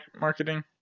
marketing